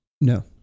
No